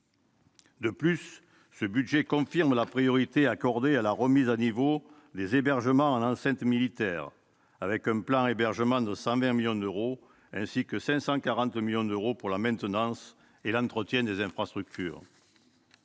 De plus, ce budget confirme la priorité accordée à la remise à niveau des hébergements au sein d'enceintes militaires, avec un plan Hébergement de 120 millions d'euros, ainsi que 540 millions d'euros pour la maintenance et l'entretien des infrastructures.